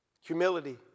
Humility